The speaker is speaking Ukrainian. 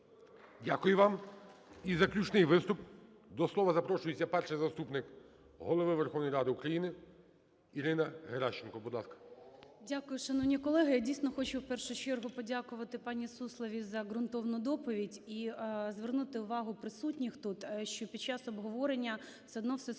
Дякую вам. І заключний виступ. До слова запрошується Перший заступник Голови Верховної Ради України Ірина Геращенко, будь ласка. 14:03:19 ГЕРАЩЕНКО І.В. Дякую. Шановні колеги, я, дійсно, хочу в першу чергу подякувати пані Сусловій за ґрунтовну доповідь і звернути увагу присутніх тут, що під час обговорення все одно все скотилося